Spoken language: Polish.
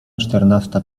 czternasta